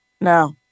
No